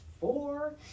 four